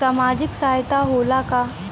सामाजिक सहायता होला का?